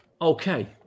Okay